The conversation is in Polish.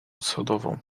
sodową